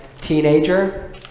teenager